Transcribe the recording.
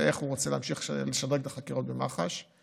איך הוא רוצה להמשיך לשדרג את החקירות במח"ש.